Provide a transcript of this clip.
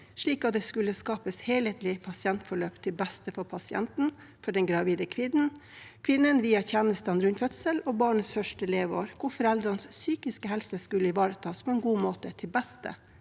slik at det skulle skapes helhetlige pasientforløp til beste for pasienten – for den gravide kvinnen via tjenestene rundt fødsel og barnets første leveår, hvor foreldrenes psykiske helse skulle ivaretas på en god måte, til beste